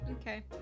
Okay